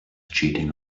cheating